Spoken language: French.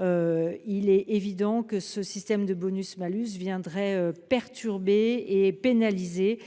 Il est évident que l'application du bonus-malus viendrait perturber et pénaliser